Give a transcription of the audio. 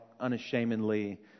unashamedly